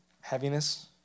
heaviness